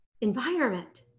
environment